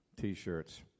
T-shirts